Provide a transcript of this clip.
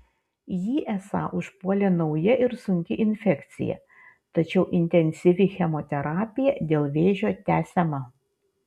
jį esą užpuolė nauja ir sunki infekcija tačiau intensyvi chemoterapija dėl vėžio tęsiama